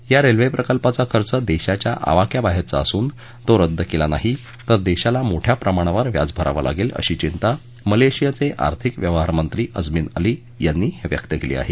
या रेल्वे प्रकल्पाचा खर्च देशाच्या आवाक्याबाहेरचा असून तो रद्द केला नाही तर देशाला मोठया प्रमाणावर व्याज भरावं लागेल अशी चिंता मलेशियाचे आर्थिक व्यवहार मंत्री अझमीन अली यांनी व्यक्त केली आहे